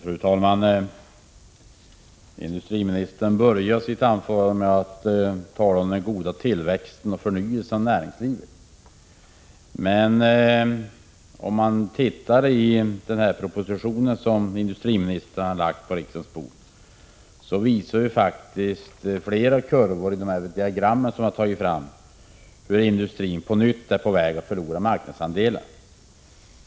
Fru talman! Industriministern började sitt anförande med att tala om den goda tillväxten och förnyelsen i näringslivet. Men i den proposition som industriministern har lagt på riksdagens bord finns diagram, där flera kurvor visar hur industrin på nytt är på väg att förlora marknadsandelar.